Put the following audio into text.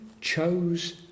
chose